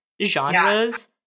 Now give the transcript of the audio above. genres